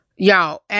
Y'all